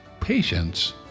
patience